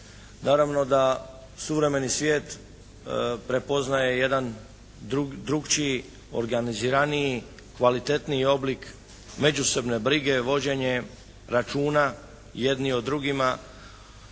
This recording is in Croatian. naravno da suvremeni svijet prepoznaje jedan drukčiji, organiziraniji, kvalitetniji oblik međusobne brige, vođenje računa jedni o drugima